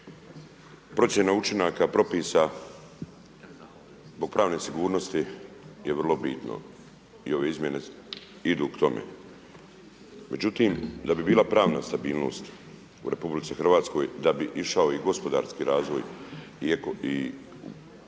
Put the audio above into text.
Procjena učinaka propisa zbog pravne sigurnosti je vrlo bitno i ove izmjene idu k tome. Međutim da bi bila pravna sigurnost u RH da bi išao i gospodarski razvoj i tržišni